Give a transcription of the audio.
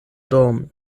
dormi